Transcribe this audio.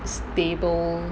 stable